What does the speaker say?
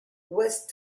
west